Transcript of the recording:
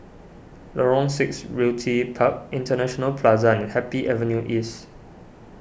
Lorong six Realty Park International Plaza and Happy Avenue East